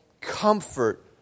comfort